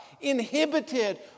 inhibited